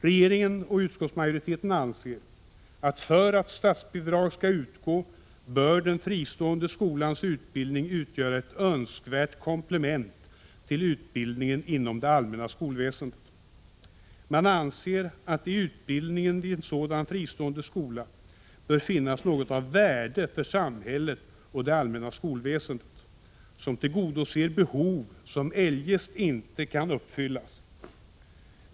Regeringen och utskottsmajoriteten anser, att för att statsbidraget skall utgå bör den fristående skolans utbildning utgöra ett önskvärt komplement till utbildningen inom det allmänna skolväsendet. Man anser att det i utbildningen vid en sådan fristående skola bör finnas något av värde för samhället och det allmänna skolväsendet, något som tillgodoser behov som eljest inte kan uppfyllas.